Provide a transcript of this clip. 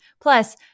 Plus